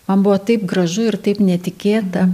man buvo taip gražu ir taip netikėta